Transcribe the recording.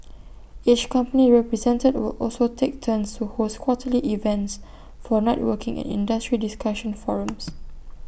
each company represented will also take turns to host quarterly events for networking and industry discussion forums